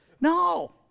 No